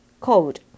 cold